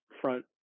front